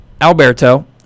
Alberto